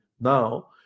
now